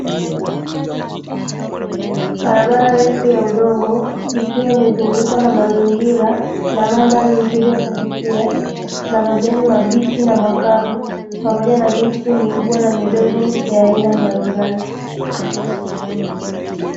Barabara ndefu ya udongo ikiwa imezungukwa na mazingira na mandhari nzuri ya kuvutia na majani mabichi na makavu pamoja na miti mkubwa na mdogo ya aina mbalimbali.